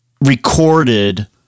recorded